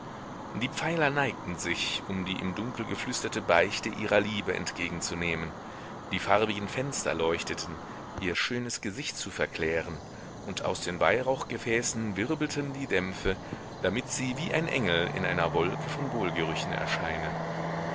die pfeiler neigten sich um die im dunkel geflüsterte beichte ihrer liebe entgegenzunehmen die farbigen fenster leuchteten ihr schönes gesicht zu verklären und aus den weihrauchgefäßen wirbelten die dämpfe damit sie wie ein engel in einer wolke von wohlgerüchen erscheine